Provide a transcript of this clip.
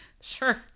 Sure